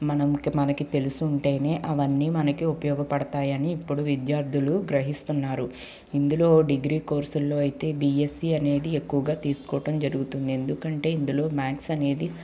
మనం మనకి తెలుసుంటేనే అవన్నీ మనకి ఉపయోగపడతాయి అని ఇప్పుడు విద్యార్ధులు గ్రహిస్తున్నారు ఇందులో డిగ్రీ కోర్సుల్లో అయితే బిఎస్సి అనేది ఎక్కువుగా తీసుకోవటం జరుగుతుంది ఎందుకంటే ఇందులో మ్యాథ్స్ అనేది